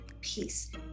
peace